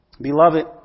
Beloved